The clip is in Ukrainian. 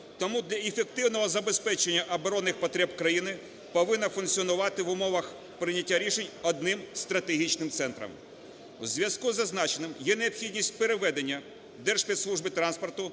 тому для ефективного забезпечення оборонних потреб країни повинна функціонувати в умовах прийняття рішень одним стратегічним центром. У зв'язку із зазначеним є необхідність переведення Держспецслужби транспорту